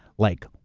like,